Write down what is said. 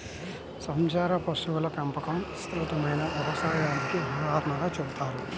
సంచార పశువుల పెంపకం విస్తృతమైన వ్యవసాయానికి ఉదాహరణగా చెబుతారు